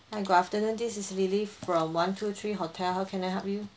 hi good afternoon this is lily from one two three hotel how can I help you